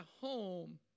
home